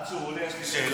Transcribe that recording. עד שהוא עולה, יש לי שאלה: